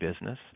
business